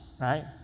right